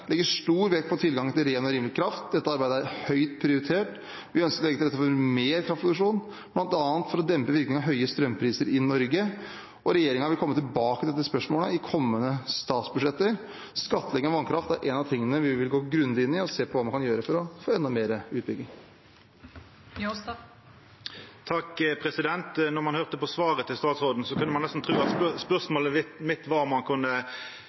legger stor vekt på tilgang til ren og rimelig kraft. Dette arbeidet er høyt prioritert. Vi ønsker å legge til rette for mer kraftproduksjon, bl.a. for å dempe virkningen av høye strømpriser i Norge. Regjeringen vil komme tilbake til dette spørsmålet i kommende statsbudsjetter. Skattlegging av vannkraft er en av tingene vi vil gå grundig inn i og se på hva man kan gjøre for å få enda mer utbygging. Når ein høyrde svaret frå statsråden, kunne ein nesten tru at spørsmålet mitt var om han kunne